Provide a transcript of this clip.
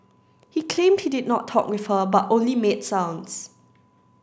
he claimed he did not talk with her but only made sounds